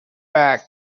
bag